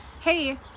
hey